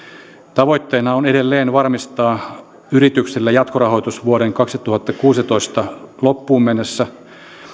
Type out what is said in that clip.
tavoitteena on edelleen varmistaa yritykselle jatkorahoitus vuoden kaksituhattakuusitoista loppuun mennessä